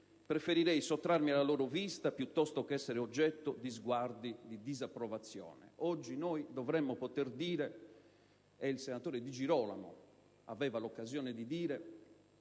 preferirei sottrarmi alla loro vista piuttosto che essere oggetto di sguardi di disapprovazione». Oggi noi dovremmo poter dire, o meglio il senatore Di Girolamo aveva l'occasione di dire: